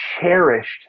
cherished